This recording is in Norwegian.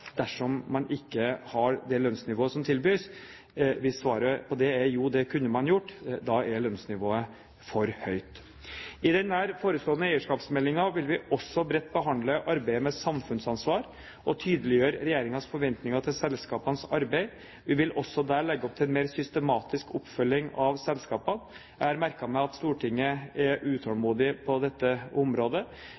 dersom man ikke har det lønnsnivået som tilbys? Hvis svaret på det er jo, det kunne man gjort, da er lønnsnivået for høyt. I den nær forestående eierskapsmeldingen vil vi også bredt behandle arbeidet med samfunnsansvar og tydeliggjøre regjeringens forventninger til selskapenes arbeid. Vi vil også der legge opp til en mer systematisk oppfølging av selskapene. Jeg har merket meg at Stortinget er